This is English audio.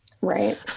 Right